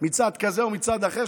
מצד כזה או מצד אחר,